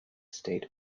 state